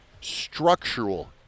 structural